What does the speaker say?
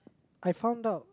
I found out